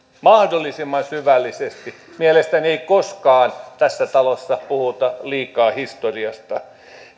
mahdollisimman syvällisesti mielestäni tässä talossa puhuta liikaa historiasta